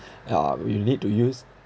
yeah will need to use